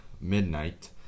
Midnight